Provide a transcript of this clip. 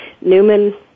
Newman